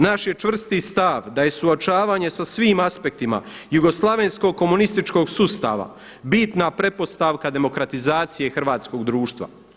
Naš je čvrsti stav da je suočavanje sa svim aspektima jugoslavenskog komunističkog sustava bitna pretpostavka demokratizacije hrvatskog društva.